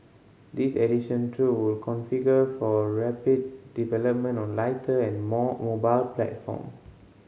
this additional troop will configured for rapid development on lighter and more mobile platform